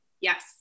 yes